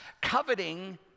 Coveting